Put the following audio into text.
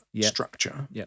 structure